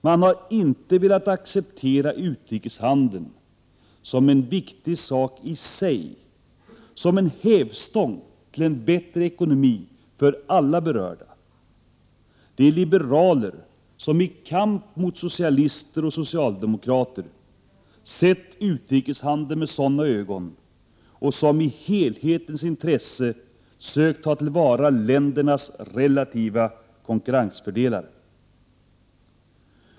Man har inte velat acceptera utrikeshandeln som en viktig sak i sig — som en hävstång till en bättre ekonomi för alla berörda. Det är liberaler som — i kamp med socialister och socialdemokrater — sett utrikeshandeln med sådana ögon och som i helhetens intresse sökt ta till vara ländernas relativa konkurrensfördelar.